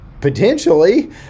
Potentially